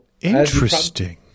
Interesting